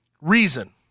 reason